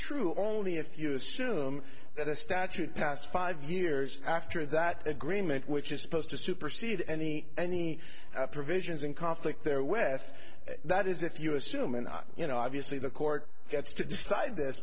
true only if you assume that a statute passed five years after that agreement which is supposed to supersede any any provisions and conflict there with that is if you assume and you know obviously the court gets to decide th